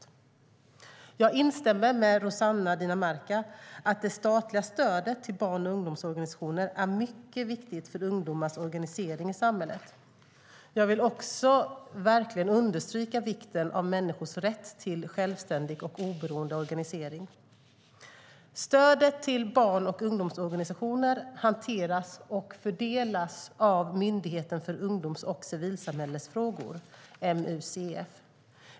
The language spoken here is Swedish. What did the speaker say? Jag vill också verkligen understryka vikten av människors rätt till självständig och oberoende organisering. Stödet till barn och ungdomsorganisationer hanteras och fördelas av Myndigheten för ungdoms och civilsamhällesfrågor .